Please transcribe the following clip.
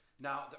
Now